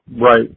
Right